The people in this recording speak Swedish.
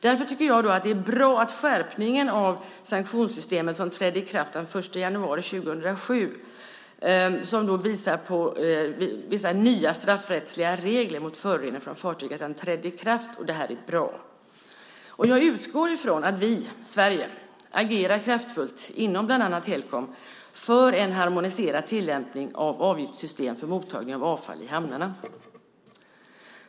Därför tycker jag att det är bra med den skärpning av sanktionssystemet som trädde i kraft den 1 januari 2007 som visar nya straffrättsliga regler mot föroreningar från fartyg. Det är bra. Jag utgår ifrån att Sverige agerar kraftfullt inom bland annat Helcom för en harmoniserad tillämpning av avgiftssystemet för mottagning av avfall i hamnarna.